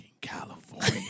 California